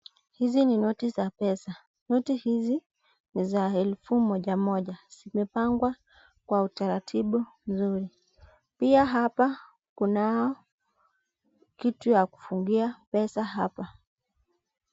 Hizi ni noti za pesa noti hizi ni za elfu moja moja zimepangwa kwa utaratibu nzuri pia hapa kunao kitu ya kufungia pesa hapa .